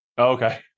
Okay